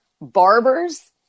barbers